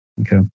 Okay